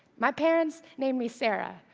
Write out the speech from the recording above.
my parents named me sarah,